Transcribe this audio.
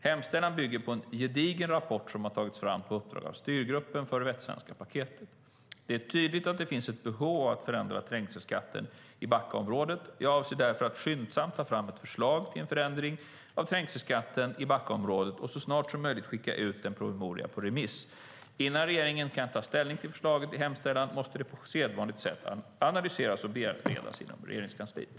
Hemställan bygger på en gedigen rapport som tagits fram på uppdrag av styrgruppen för Västsvenska paketet. Det är tydligt att det finns ett behov av att förändra trängselskatten i Backaområdet. Jag avser därför att skyndsamt ta fram ett förslag till förändring av trängselskatten i Backaområdet och så snart som möjligt skicka ut en promemoria på remiss. Innan regeringen kan ta ställning till förslaget i hemställan måste det på sedvanligt sätt analyseras och beredas inom Regeringskansliet.